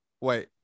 wait